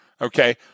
okay